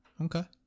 okay